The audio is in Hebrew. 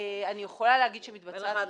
אני יכולה להגיד שמתבצעת פעילות,